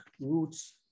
roots